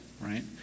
Right